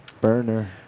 Burner